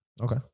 Okay